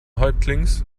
häuptlings